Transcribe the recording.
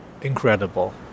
incredible